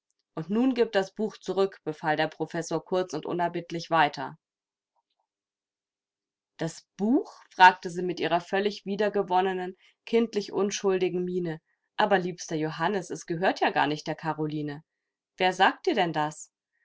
und nun gib das buch zurück befahl der professor kurz und unerbittlich weiter das buch fragte sie mit ihrer völlig wiedergewonnenen kindlich unschuldigen miene aber liebster johannes es gehört ja gar nicht der karoline wer sagt dir denn das